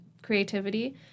creativity